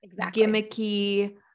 gimmicky